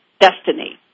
destiny